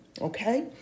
Okay